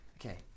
Okay